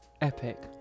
Epic